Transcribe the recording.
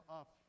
up